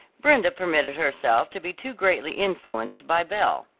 brenda permitted herself to be too greatly influenced by belle.